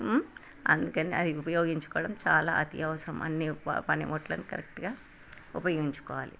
అందుకని అది ఉపయోగించుకోవడం చాలా అత్యవసరం అన్ని ప పనిముట్లను కరెక్ట్గా ఉపయోగించుకోవాలి